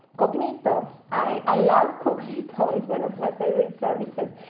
cognito, i love cognito is one of my favorite services.